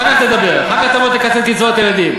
אחר כך תדבר, אחר כך תקצץ בקצבאות ילדים.